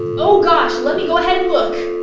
and oh gosh. let me go ahead and look.